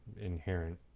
inherent